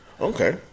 okay